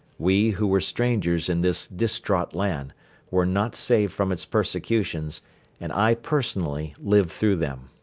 we who were strangers in this distraught land were not saved from its persecutions and i personally lived through them.